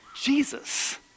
Jesus